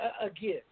again